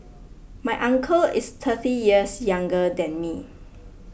my uncle is thirty years younger than me